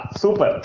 super